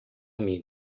mim